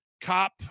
cop